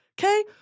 Okay